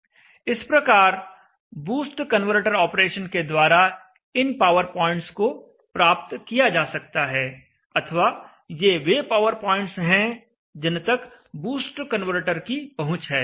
इस प्रकार boost converter operation के द्वारा इन पावर पॉइंट्स को प्राप्त किया जा सकता है अथवा ये वे पावर पॉइंट्स हैं जिन तक बूस्ट कन्वर्टर की पहुंच है